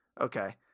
Okay